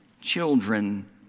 children